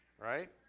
right